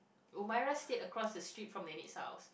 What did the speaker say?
Umairah stayed across the street from nenek house